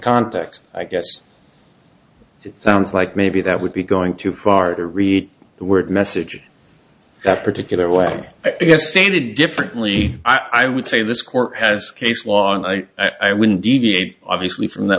context i guess it sounds like maybe that would be going too far to read the word message that particular way i guess stated differently i would say this court has case law and i i wouldn't deviate obviously from th